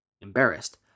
Embarrassed